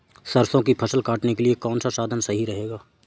सरसो की फसल काटने के लिए कौन सा साधन सही रहेगा?